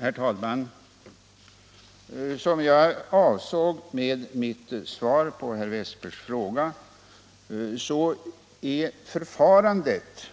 Herr talman! Som framgick av mitt svar på herr Wästbergs i Stockholm fråga är förfarandet